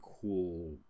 cool